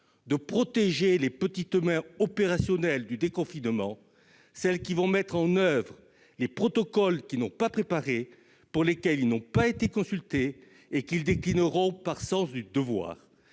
de protéger les petites mains opérationnelles du déconfinement, celles qui vont mettre en oeuvre les protocoles qu'elles n'ont pas préparés, pour lesquels elles n'ont pas été consultées et qu'elles déclineront par sens du devoir.